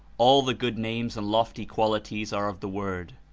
all the good names and lofty qualities are of the word.